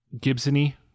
Gibson-y